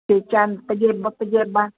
ਅਤੇ ਚਾਂਦੀ ਪੰਜੇਬਾਂ ਪੰਜੇਬਾਂ